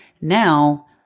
now